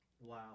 Wow